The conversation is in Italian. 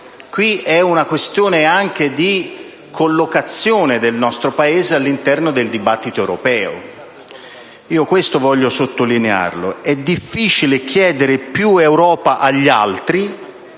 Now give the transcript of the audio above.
Qui la questione è anche di collocazione del nostro Paese all'interno del dibattito europeo. Questo voglio sottolinearlo. È difficile chiedere più Europa agli altri